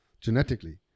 Genetically